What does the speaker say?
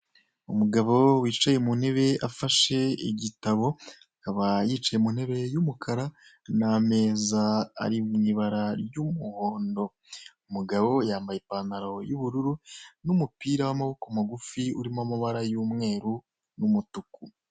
Umugabo wicaye mu ntebe afashe igitabo akaba yicaye mu ntebe y'umukara n'ameza ari mu ibara ry'umuhondo. Uwo mugabo yambaye ipantaro y'ubururu n'umupira w'amaboko magufi urimo amabara y'umweru n'umutuku.